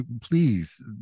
Please